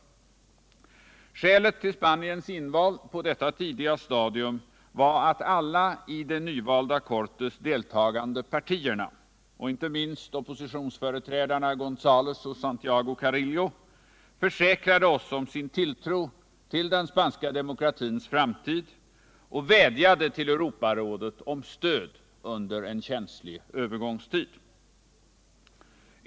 Skälet till Spaniens inval på detta tidiga stadium var att alla i det nyvalda Cortes deltagande partierna och icke minst oppositionsledarna Gonzalez och Santiago Carrillo försäkrade oss om sin tilltro till den spanska demokratins framtid och vädjade till Europarådet om stöd under en känslig övergångstid.